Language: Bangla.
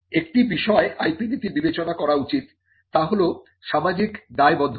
একটি বিষয় IP নীতির বিবেচনা করা উচিত তা হল সামাজিক দায়বদ্ধতা